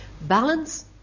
balance